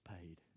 paid